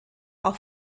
auch